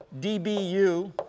DBU